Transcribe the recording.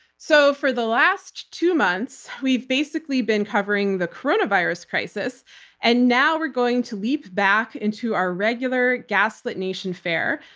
so, for the last two months we've basically been covering the coronavirus crisis and now we're going to leap back into our regular gaslit nation fare,